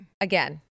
again